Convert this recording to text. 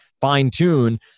fine-tune